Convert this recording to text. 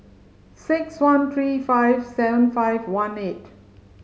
six one three five seven five one eight